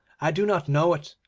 i do not know it.